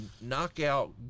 knockout